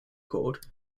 cord